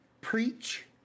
preach